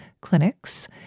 Clinics